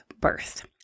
birth